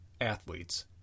athletes